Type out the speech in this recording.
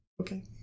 Okay